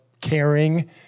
caring